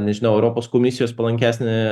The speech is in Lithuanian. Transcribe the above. nežinau europos komisijos palankesnį